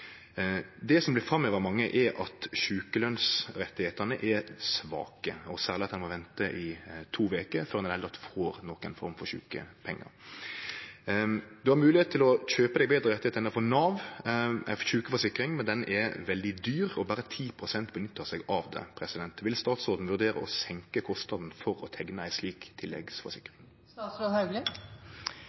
Det som blir framheva av mange, er at sjukelønsrettane er svake, særleg at ein må vente i to veker før ein i det heile får noka form for sjukepengar. Ein har høve til å kjøpe seg betre rettar innanfor Nav, ei sjukeforsikring, men den er veldig dyr, og berre 10 pst. nyttar seg av det. Vil statsråden vurdere å seinke kostnaden for å teikne ei slik